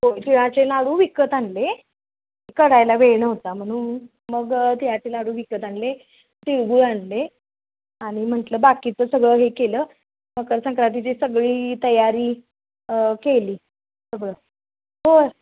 हो तिळाचे लाडू विकत आणले करायला वेळ नव्हता म्हणून मग तिळाचे लाडू विकत आणले तिळगूळ आणले आणि म्हंटलं बाकीचं सगळं हे केलं मकर संक्रांतीची सगळी तयारी केली सगळं हो